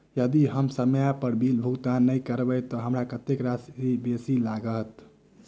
यदि हम समय पर बिल भुगतान नै करबै तऽ हमरा कत्तेक राशि बेसी लागत?